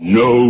no